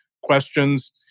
questions